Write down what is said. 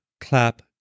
clap